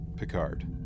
Picard